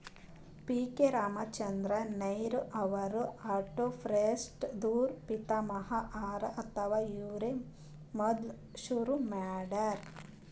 P K Ramachandran Nair ಅವ್ರು agroforestry ದೂ ಪಿತಾಮಹ ಹರಾ ಅಥವಾ ಇವ್ರೇ ಮೊದ್ಲ್ ಶುರು ಮಾಡ್ಯಾರ್